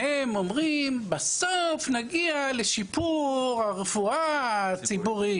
אתם אומרים, בסוף נגיע לשיפור הרפואה הציבורית